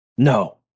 No